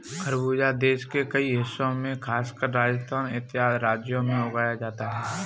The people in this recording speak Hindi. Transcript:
खरबूजा देश के कई हिस्सों में खासकर राजस्थान इत्यादि राज्यों में उगाया जाता है